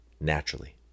naturally